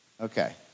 Okay